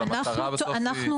אבל המטרה בסוף היא --- עינת,